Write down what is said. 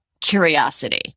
curiosity